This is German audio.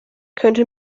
könnte